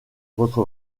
votre